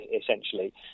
essentially